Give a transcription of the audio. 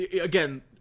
again